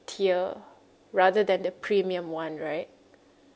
tier rather than the premium one right